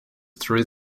through